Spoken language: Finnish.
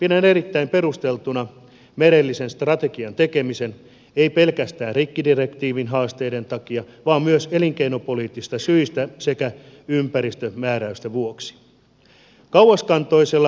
pidän erittäin perusteltuna merellisen strategian tekemistä en pelkästään rikkidirektiivin haasteiden takia vaan myös elinkeinopoliittisista syistä sekä ympäristömääräysten vuoksi